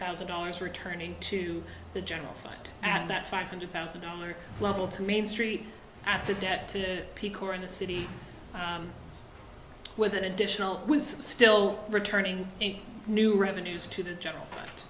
thousand dollars returning to the general fund and that five hundred thousand dollars level to main street at the debt to peak or in the city with an additional was still returning to new revenues to the general